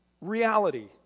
Reality